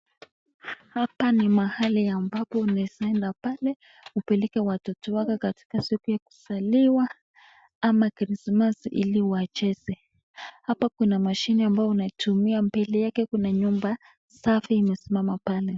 Hapa ni mahali ambapo unaweza enda pale upeleke watoto wako, katika siku ya kuzaliwa ama krismasi ili wacheze. Hapa kuna mashini ambao unatumia. Mbele yake kuna nyumba safi imesimama pale.